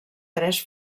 tres